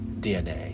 DNA